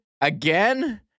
again